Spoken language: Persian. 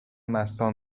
مستان